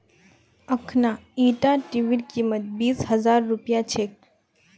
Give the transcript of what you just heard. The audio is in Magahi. अखना ईटा टीवीर कीमत बीस हजार रुपया छेक